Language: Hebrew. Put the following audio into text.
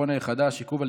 הוראת שעה) (נגיף הקורונה החדש) (עיכוב